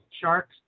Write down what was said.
sharks